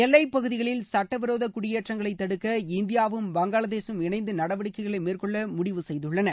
எல்லைப் பகுதிகளில் சுட்டவிரோத குடியேற்றங்களை தடுக்க இந்தியாவும் பங்களாதேஷும் இணைந்து நடவடிக்கைகளை மேற்கொள்ள முடிவு செய்துள்ளன